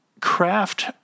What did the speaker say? craft